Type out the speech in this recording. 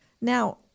Now